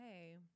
hey